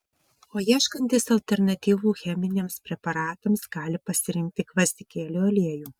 o ieškantys alternatyvų cheminiams preparatams gali pasirinkti gvazdikėlių aliejų